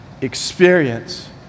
experience